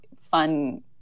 fun